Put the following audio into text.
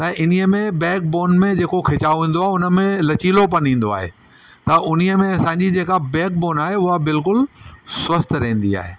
ऐं इन्हीअ में बैक बोन में जेको खिचाव ईंदो आहे उनमें लचीलो पन ईंदो आहे त उन्हीअ में असांजी जेका बैक बोन आहे उहा बिल्कुलु स्वस्थ्यु रहंदी आहे